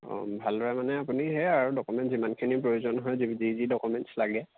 অঁ ভালদৰে মানে আপুনি সেয়াই আৰু ডকুমেণ্টছ যিমানখিনি প্ৰয়োজন হয় যি যি ডকুমেন্টছ লাগে